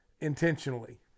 intentionally